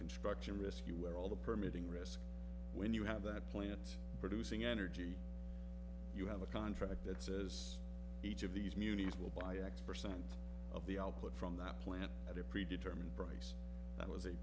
construction risk you were all the permitting risk when you have that plant producing energy you have a contract that says each of these muties will buy x percent of the output from that plant at a predetermined price that was a